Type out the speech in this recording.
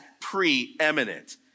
preeminent